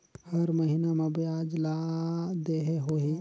हर महीना मा ब्याज ला देहे होही?